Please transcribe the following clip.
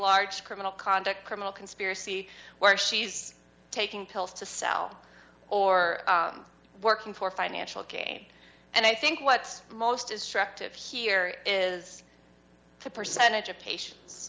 large criminal conduct criminal conspiracy where she's taking pills to sell or working for financial gain and i think what's most destructive here is the percentage of